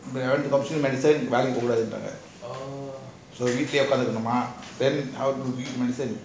medicine வெள்ளைக்கி பூ கூடாது னு சொல்லிட்டாங்க அப்புறம் வீட்டுலயே உக்காந்து இருக்கணுமா:vellaiki poo kudathu nu solitanga apram veetulayae ukanthu irukanuma then I have to eat medicine